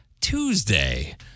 Tuesday